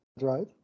right